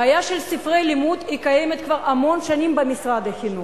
הבעיה של ספרי לימוד קיימת כבר המון שנים במשרד החינוך.